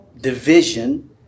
division